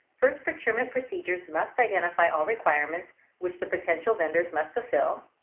first, procurement procedures must identify all requirements which the potential vendors must fulfill.